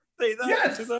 Yes